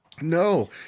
no